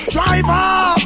Driver